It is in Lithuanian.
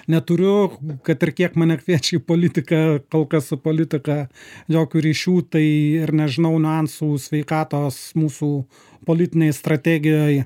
neturiu kad ir kiek mane kviečia į politiką kol kas su politika jokių ryšių tai ir nežinau niuansų sveikatos mūsų politinėj strategijoj